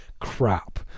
crap